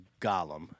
Gollum